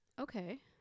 Okay